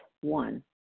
One